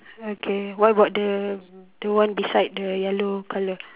okay what about the the one beside the yellow colour